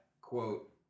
quote